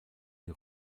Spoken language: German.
die